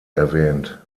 erwähnt